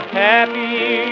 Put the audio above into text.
happy